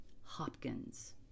Hopkins